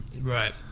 Right